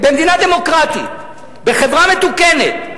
במדינה דמוקרטית, בחברה מתוקנת,